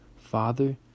father